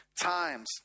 times